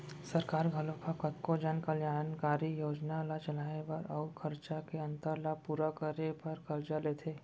सरकार घलोक ह कतको जन कल्यानकारी योजना ल चलाए बर अउ खरचा के अंतर ल पूरा करे बर करजा लेथे